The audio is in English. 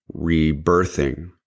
rebirthing